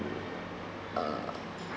uh